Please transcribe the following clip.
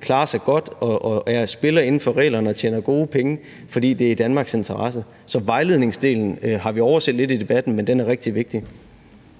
klarer sig godt og spiller inden for reglerne og tjener gode penge, fordi det er i Danmarks interesse, så vejledningsdelen har vi lidt overset i debatten, men den er rigtig vigtig.